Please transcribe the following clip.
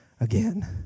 again